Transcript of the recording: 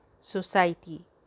society